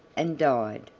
and died.